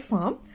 Farm